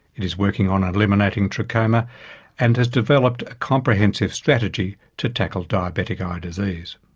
it is working on eliminating trachoma and has developed a comprehensive strategy to tackle diabetic eye disease.